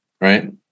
Right